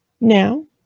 Now